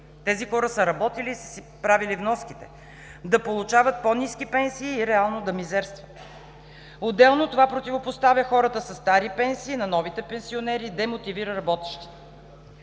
тези хора са работили и са си правили вноските, да получават по-ниски пенсии и реално да мизерстват. Отделно, това противопоставя хората със стари пенсии на новите пенсионери и демотивира работещите.